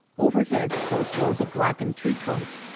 overhead close rows of blackened tree-trunks,